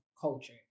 culture